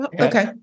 okay